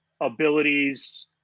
abilities